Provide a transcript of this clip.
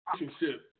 relationship